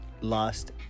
lost